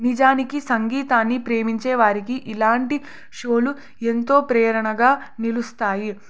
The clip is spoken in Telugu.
నిజానికి సంగీతాన్ని ప్రేమించే వారికి ఇలాంటి షోలు ఎంతో ప్రేరణగా నిలుస్తాయి